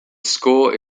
score